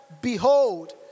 behold